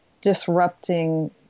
disrupting